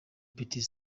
petit